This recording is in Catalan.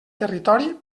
territori